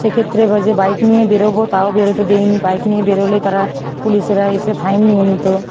সেক্ষেত্রে যে বাইক নিয়ে বেরোবো তাও বেরোতে দেইনি বাইক নিয়ে বেরোলে তারা পুলিশরা এসে ফাইন নিয়ে নিতো